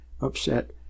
upset